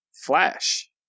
Flash